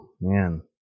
man